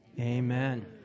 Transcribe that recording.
amen